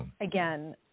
again